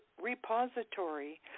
repository